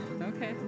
Okay